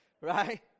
right